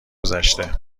گذشته